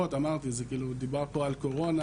דובר פה על קורונה